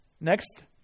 Next